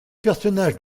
personnages